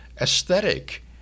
aesthetic